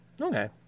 okay